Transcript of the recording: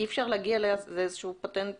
אי אפשר להגיע לאיזשהו פטנט